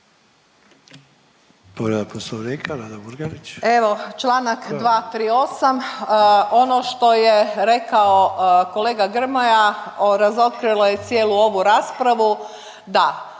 **Murganić, Nada (HDZ)** Evo članak 238. Ono što je rekao kolega Grmoja razotkrilo je cijelu ovu raspravu. Da,